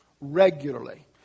regularly